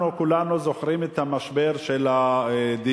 כמובן, אנחנו כולנו זוכרים את המשבר של הדיור.